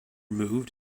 moved